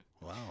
Wow